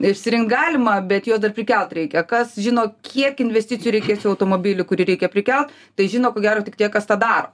išsirinkt galima bet jo dar prikelt reikia kas žino kiek investicijų reikės į automobilį kurį reikia prikelt tai žino ko gero tik tie kas tą daro